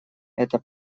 это